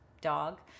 dog